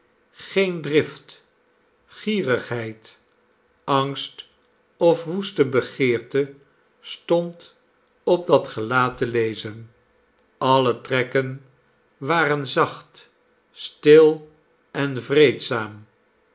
geene drift gierigheid angst of woeste begeerte stond op dat gelaat te lezen alle trekken waren zacht stil en vreedzaam